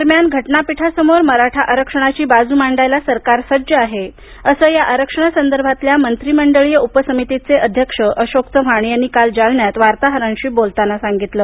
दरम्यान षटनापीठासमोर मराठा आरक्षणाची बाजू मांडायला सरकार सज्ज आहे असं या आरक्षणासंदर्भातल्या मंत्रीमंडळीय उपसमितीचे अध्यक्ष अशोक चव्हाण यांनी काल जालन्यात वार्ताहरांशी बोलताना सांगितलं